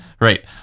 Right